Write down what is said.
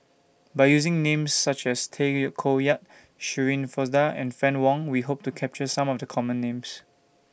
By using Names such as Tay Koh Yat Shirin Fozdar and Fann Wong We Hope to capture Some of The Common Names